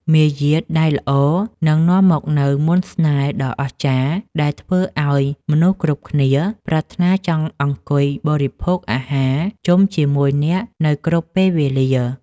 មារយាទដែលល្អនឹងនាំមកនូវមន្តស្នេហ៍ដ៏អស្ចារ្យដែលធ្វើឱ្យមនុស្សគ្រប់គ្នាប្រាថ្នាចង់អង្គុយបរិភោគអាហារជុំជាមួយអ្នកនៅគ្រប់ពេលវេលា។